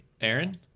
Aaron